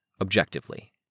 objectively